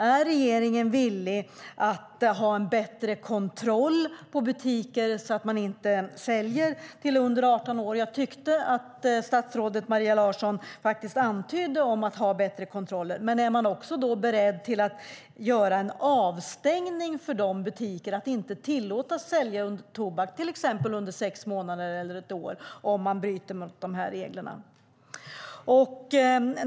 Är regeringen villig att ha bättre kontroll av butiker så att de inte säljer till dem under 18 år? Jag tyckte att statsrådet Maria Larsson faktiskt antydde att man skulle ha bättre kontroller. Men är man då också beredd att stänga av butiker och inte tillåta att de säljer tobak under till exempel sex månader eller ett år om de bryter mot reglerna?